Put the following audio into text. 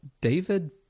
David